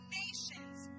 nations